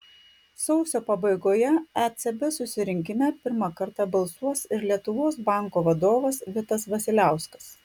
sausio pabaigoje ecb susirinkime pirmą kartą balsuos ir lietuvos banko vadovas vitas vasiliauskas